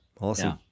awesome